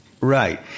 Right